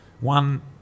one